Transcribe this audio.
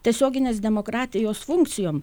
tiesioginės demokratijos funkcijom